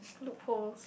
loopholes